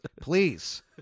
Please